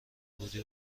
بودی